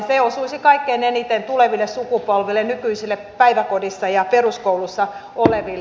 se osuisi kaikkein eniten tuleville sukupolville nykyisille päiväkodissa ja peruskoulussa oleville